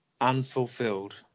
Unfulfilled